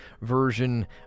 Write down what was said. version